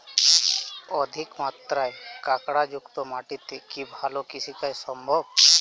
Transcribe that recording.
অধিকমাত্রায় কাঁকরযুক্ত মাটিতে কি ভালো কৃষিকাজ সম্ভব?